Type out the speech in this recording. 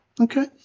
Okay